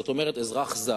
זאת אומרת הוא אזרח זר,